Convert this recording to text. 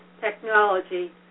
technology